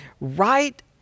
right